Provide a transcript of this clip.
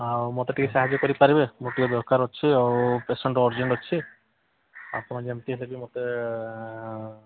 ଆଉ ମୋତେ ଟିକେ ସାହାଯ୍ୟ କରିପାରିବେ ମୋର ଟିକିଏ ଦରକାର ଅଛି ଆଉ ପେସେଣ୍ଟ ଅର୍ଜେଣ୍ଟ ଅଛି ଆପଣ ଯେମିତି ହେଲେ ବିି ମୋତେ